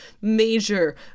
major